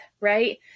right